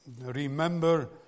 remember